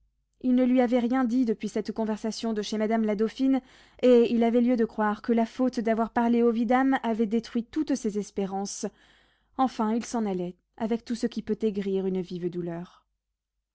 il ne lui avait rien dit depuis cette conversation de chez madame la dauphine et il avait lieu de croire que la faute d'avoir parlé au vidame avait détruit toutes ses espérances enfin il s'en allait avec tout ce qui peut aigrir une vive douleur